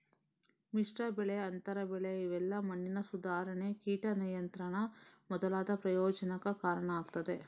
ಮಿಶ್ರ ಬೆಳೆ, ಅಂತರ ಬೆಳೆ ಇವೆಲ್ಲಾ ಮಣ್ಣಿನ ಸುಧಾರಣೆ, ಕೀಟ ನಿಯಂತ್ರಣ ಮೊದಲಾದ ಪ್ರಯೋಜನಕ್ಕೆ ಕಾರಣ ಆಗ್ತದೆ